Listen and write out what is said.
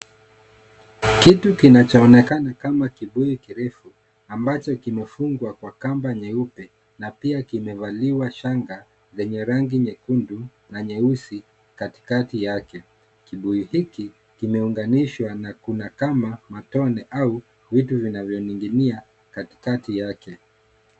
Kitu kinajoonekana kama kibuyu kirefu. Ambacho kimefungwa kwa kamba nyeupe na pia kimevaliwa shanga zenye rangi nyekundu na nyeusi katikati yake. Kibuyu hiki kimeunganishwa na kuna kama matone au vitu vinavyo ninginia katikati yake.